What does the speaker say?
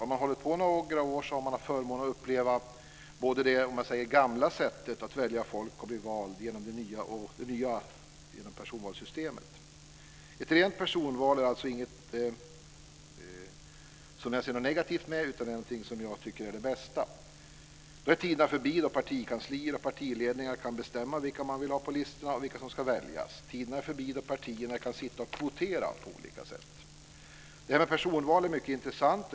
Har man hållit på några år har man haft förmånen att uppleva både det gamla sättet att välja folk och att bli vald och det nya med personvalssystemet. Ett rent personval är alltså inget som jag ser något negativt med. Det är vad jag tycker är det bästa. Då är tiderna förbi då partikanslier och partiledningar kan bestämma vilka man vill ha på listorna och vilka som ska väljas. Tiderna är förbi då partierna kan sitta och kvotera på olika sätt. Det här med personval är mycket intressant.